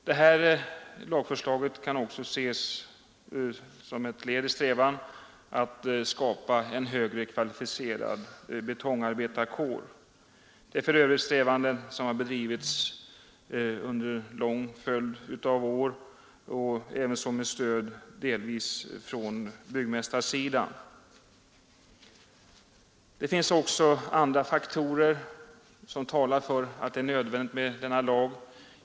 Det här lagförslaget kan också ses som ett led i strävan att skapa en högre kvalificerad betongarbetarkår — strävanden som för övrigt har bedrivits under en lång följd av år, delvis med stöd från byggmästarsidan. Det finns också andra faktorer som talar för att denna lag är nödvändig.